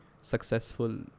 successful